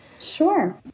Sure